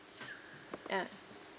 ah